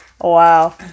wow